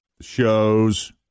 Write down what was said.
shows